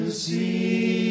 see